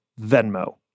Venmo